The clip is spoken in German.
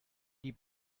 die